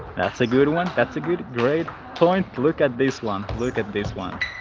that's a good one, that's a good great point. look at this one. look at this one